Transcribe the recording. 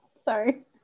Sorry